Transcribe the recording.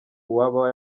uwaba